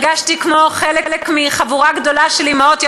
הרגשתי כמו חלק מחבורה גדולה של אימהות,